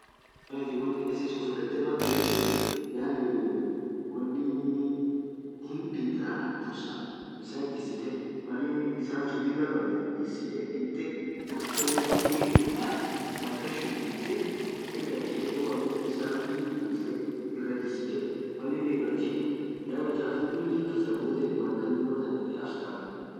Mal atin won akasisun fudhethe madhia ijemthu yaani wonni hindhithaa dhursaa bisan itjisithe Malli bisasun Lilah khabethen jisithe dhithee acholee Mal thurii irra bathu malkhan shukumthee irgalchitee bisan dhiibii itbufthe irajisithe Mal inin ira jighu yaani chafuni khuliin kasa bithethu malkan dhub dhethee afftahh